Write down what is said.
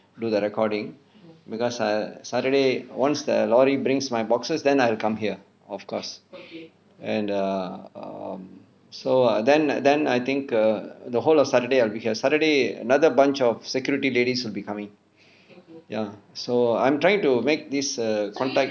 do the recording because err saturday once the lorry brings my boxes then I'll come here of course and err err so err then then I think err the whole of saturday I'll be here saturday another bunch of security ladies will becoming ya so I'm trying to make this a contact